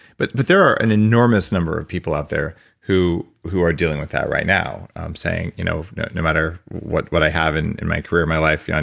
but but there are an enormous number of people out there who who are dealing with that right now. i'm saying you know no no matter what what i have in in my career, in my life, yeah